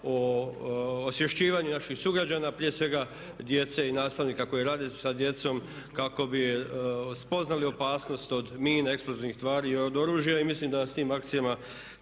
o osvješćivanju naših sugrađana, prije svega djece i nastavnika koji rade sa djecom kako bi spoznali opasnost od mina, eksplozivnih tvari i od oružja. Mislim da s tim akcijama